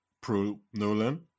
pro-Nolan